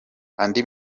andi